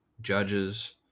judges